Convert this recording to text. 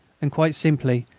and quite simply,